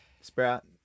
Sprout